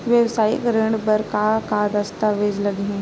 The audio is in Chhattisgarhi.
वेवसायिक ऋण बर का का दस्तावेज लगही?